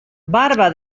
barba